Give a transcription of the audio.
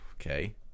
Okay